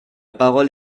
parole